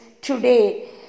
today